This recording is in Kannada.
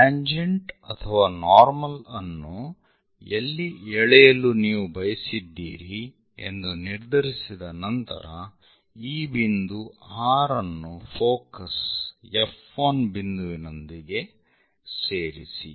ಟ್ಯಾಂಜೆಂಟ್ ಅಥವಾ ನಾರ್ಮಲ್ ಅನ್ನು ಎಲ್ಲಿ ಎಳೆಯಲು ನೀವು ಬಯಸಿದ್ದೀರಿ ಎಂದು ನಿರ್ಧರಿಸಿದ ನಂತರ ಈ ಬಿಂದು R ಅನ್ನು ಫೋಕಸ್ F1 ಬಿಂದುವಿನೊಂದಿಗೆ ಸೇರಿಸಿ